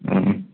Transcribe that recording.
ആ